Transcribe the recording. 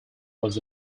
was